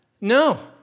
no